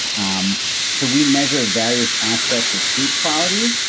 um so, we measure various aspects of sleep quality,